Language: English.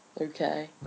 Okay